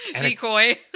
Decoy